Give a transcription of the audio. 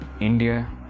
India